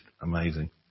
amazing